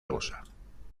bolsa